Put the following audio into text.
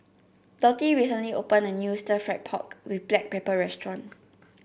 Dottie recently opened a new Stir Fried Pork with Black Pepper restaurant